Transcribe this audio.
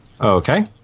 Okay